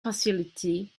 facility